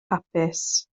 hapus